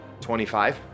25